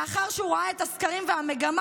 לאחר שהוא ראה את הסקרים והמגמה,